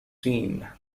scene